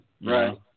Right